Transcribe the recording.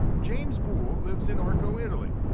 james boole lives in arco, italy,